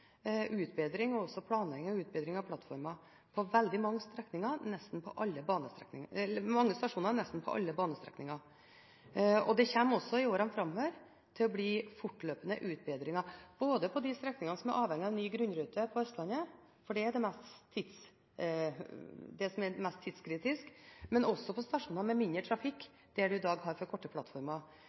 utbedring og også planlegging av utbedring av plattformer på veldig mange stasjoner, nesten på alle banestrekninger. Det kommer også i årene framover til å bli fortløpende utbedringer på de strekningene på Østlandet som er avhengig av ny grunnrute, det er mest tidskritisk, men også på stasjoner med mindre trafikk, der man i dag har for korte plattformer.